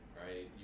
right